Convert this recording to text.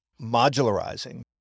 modularizing